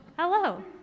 Hello